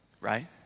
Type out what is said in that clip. Right